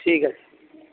ঠিক আছে